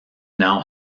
now